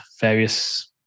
various